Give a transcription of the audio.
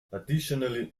additionally